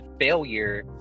failure